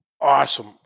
awesome